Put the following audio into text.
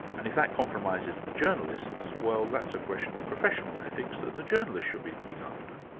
and if that compromises the journalists, well that's a question of professional ethics that the journalists should be looking after.